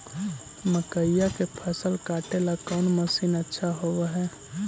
मकइया के फसल काटेला कौन मशीन अच्छा होव हई?